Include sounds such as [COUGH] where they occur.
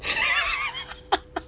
[LAUGHS]